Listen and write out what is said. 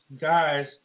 guys